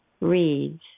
reads